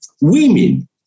women